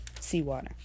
seawater